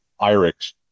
IRIX